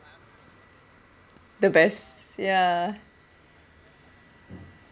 the best ya